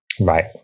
Right